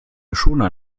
schoner